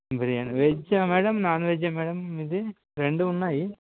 బిర్యానీ వెజా madam non వెజా madam మీది రెండు ఉన్నాయి